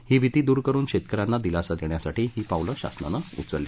ही भीती द्र करून शेतक यांना दिलासा देण्यासाठी ही पावलं शासनानं उचलली